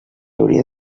hauria